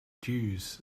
jews